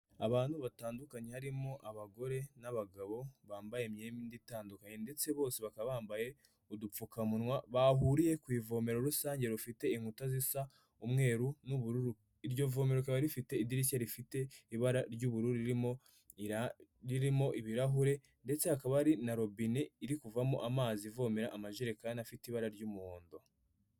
Abantu batandukanye harimo abagore n'abagabo bambaye imyenda itandukanye ndetse bose bakaba bambaye udupfukamunwa, bahuriye ku ivomero rusange rufite inkuta zisa umweru n'ubururu. Iryo vomero rikaba rifite idirishya rifite ibara ry'ubururu ririmo ririmo ibirahure ndetse hakaba hari na robine iri kuvamo amazi ivomera amajerekani afite ibara ry'umuhondo.